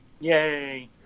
Yay